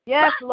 Yes